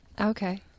Okay